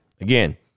Again